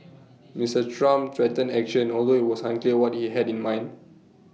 Mister Trump threatened action although IT was unclear what he had in mind